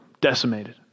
decimated